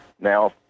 Now